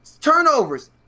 Turnovers